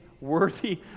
worthy